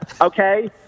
Okay